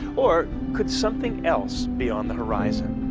or could something else be on the horizon?